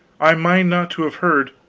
i mind not to have heard